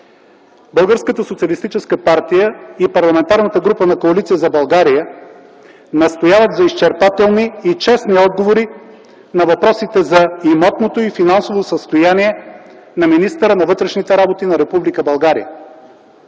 Българската социалистическа партия и Парламентарната група на Коалиция за България настояват за изчерпателни и честни отговори на въпросите за имотното и финансовото състояние на министъра на вътрешните работи на Република България.